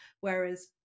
whereas